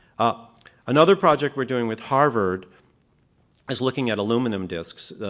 ah another project we're doing with harvard is looking at aluminum discs.